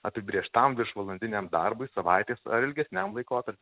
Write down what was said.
apibrėžtam viršvalandiniam darbui savaitės ar ilgesniam laikotarp